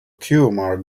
kumar